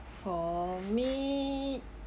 for me